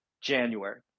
January